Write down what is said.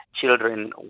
children